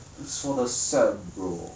it's for the set bro